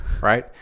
right